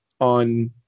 on